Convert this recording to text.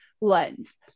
lens